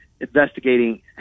investigating